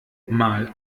mal